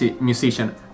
musician